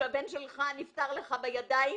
כשהבן שלך נפטר לך בידיים